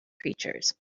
creatures